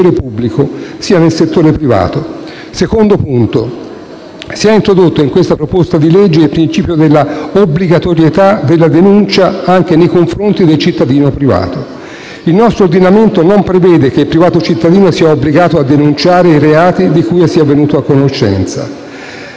pubblico, sia nel settore privato. Secondo punto: si è introdotto in questa proposta di legge il principio dell'obbligatorietà della denuncia anche nei confronti del cittadino privato. Il nostro ordinamento non prevede che il privato cittadino sia obbligato a denunciare i reati di cui sia venuto a conoscenza.